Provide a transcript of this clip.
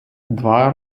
два